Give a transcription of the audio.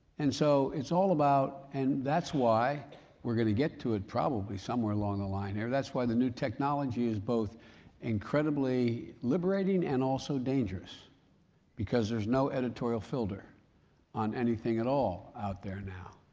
and so, it's all about, and that's why we're going to get to it probably somewhere along the line here, that's why the new technology is both incredibly liberating and also dangerous because there's no editorial filter on anything at all out there now.